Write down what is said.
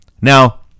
Now